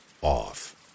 off